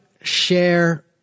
share